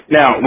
now